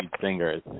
singers